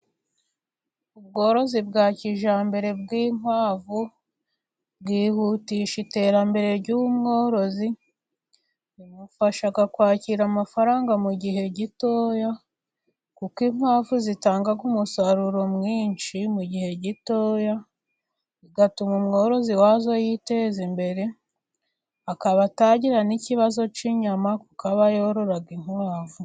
Ubworozi bwa kijyambere bw'inkwavu bwihutisha iterambere ry'ubwoworozi, bufasha kwakira amafaranga mu gihe gitoya kuko inkwavu zitangaga umusaruro mwinshi mu gihe gitoya, igatuma umworozi wazo yiteza imbere, akaba atagirana n'ikibazo cy'inyama kuko aba yorora inkwavu.